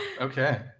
okay